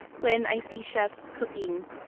when i see chefs cooking,